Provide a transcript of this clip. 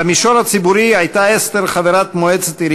במישור הציבורי הייתה אסתר חברת מועצת העיר